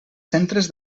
centres